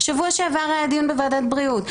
שבוע שעבר היה דיון בוועדת בריאות,